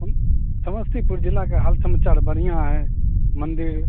कोन समस्तीपुर जिलाके हाल समाचार बढ़िआँ हए मन्दिर